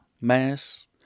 mass